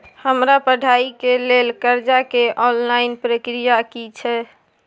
हमरा पढ़ाई के लेल कर्जा के ऑनलाइन प्रक्रिया की छै?